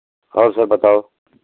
और सब बताओ